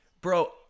bro